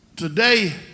Today